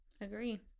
Agree